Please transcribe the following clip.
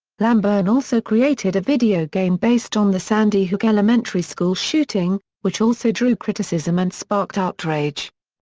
lambourn also created a video game based on the sandy hook elementary school shooting, which also drew criticism and sparked outrage.